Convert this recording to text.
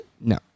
No